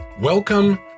Welcome